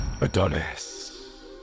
Adonis